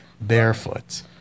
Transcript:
barefoot